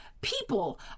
people